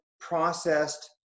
processed